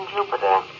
Jupiter